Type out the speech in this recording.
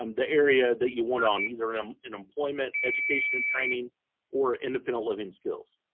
um the area that you want it on, either um and employment, education and training or independent living skills.